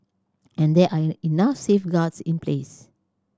and there are enough safeguards in place